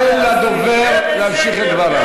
תן לדובר להמשיך את דבריו.